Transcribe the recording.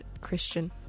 Christian